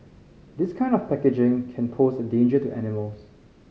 this kind of packaging can pose a danger to animals